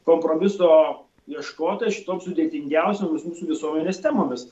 kompromiso ieškotojas šitoms sudėtingiausioms mūsų visuomenės temomis